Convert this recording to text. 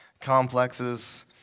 complexes